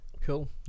cool